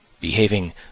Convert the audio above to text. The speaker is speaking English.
behaving